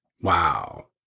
Wow